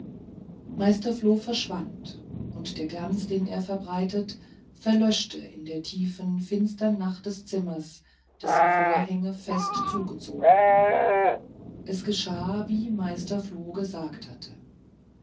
meister floh verschwand und der glanz den er verbreitet verlöschte in der tiefen finstren nacht des zimmers dessen vorhänge fest zugezogen es geschah wie meister floh gesagt hatte